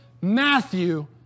Matthew